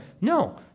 No